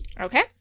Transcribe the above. Okay